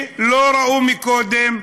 שלא ראו מקודם.